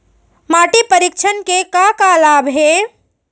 माटी परीक्षण के का का लाभ हे?